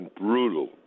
brutal